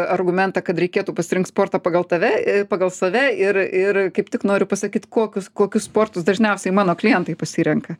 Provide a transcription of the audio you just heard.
argumentą kad reikėtų pasirinkt sportą pagal tave i pagal save ir ir kaip tik noriu pasakyt kokius kokius sportus dažniausiai mano klientai pasirenka